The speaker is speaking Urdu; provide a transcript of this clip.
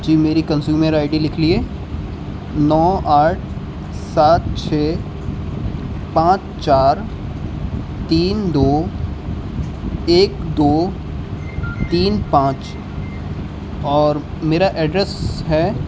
جی میری کنزیومر آئی ڈی لکھیے نو آٹھ سات چھ پانچ چار تین دو ایک دو تین پانچ اور میرا ایڈریس ہے